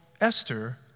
Esther